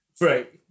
right